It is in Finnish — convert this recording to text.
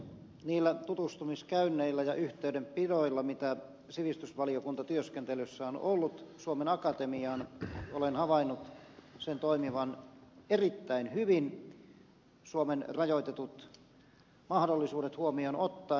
niillä tutustumiskäynneillä ja yhteydenpidoilla mitä sivistysvaliokunnan työskentelyssä on ollut suomen akatemiaan olen havainnut sen toimivan erittäin hyvin suomen rajoitetut mahdollisuudet huomioon ottaen